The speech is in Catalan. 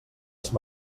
els